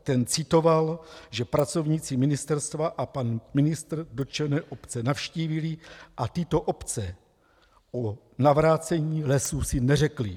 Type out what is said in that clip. Ten citoval, že pracovníci ministerstva a pan ministr dotčené obce navštívili a tyto obce si o navrácení lesů neřekly.